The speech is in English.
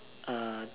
uh